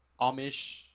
Amish